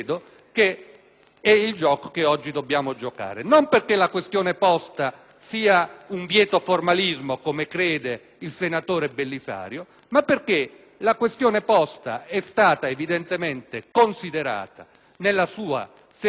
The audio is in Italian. è il gioco che oggi dobbiamo giocare. Non perché la questione posta sia un vieto formalismo, come crede il senatore Belisario, ma perché è stata considerata nella sua serietà,